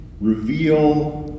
reveal